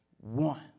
one